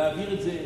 להעביר את זה